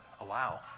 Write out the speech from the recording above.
allow